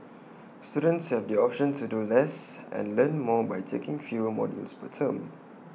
students have the option to do less and learn more by taking fewer modules per term